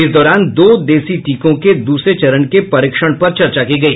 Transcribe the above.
इस दौरान दो देशी टीकों के दूसरे चरण के परीक्षण पर चर्चा की गई